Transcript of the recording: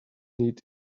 need